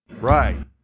Right